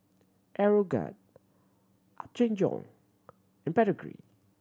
Aeroguard Apgujeong and Pedigree